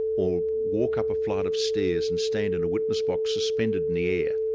or walk up a flight of stairs and stand in a witness box suspended in the air.